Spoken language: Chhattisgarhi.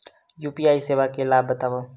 यू.पी.आई सेवाएं के लाभ बतावव?